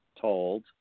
told